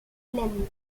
glenn